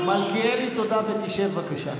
מלכיאלי, תודה, ותשב, בבקשה.